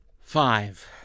Five